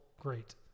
great